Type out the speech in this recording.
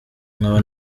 nkaba